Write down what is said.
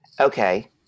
Okay